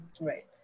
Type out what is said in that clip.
Right